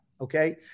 Okay